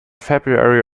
february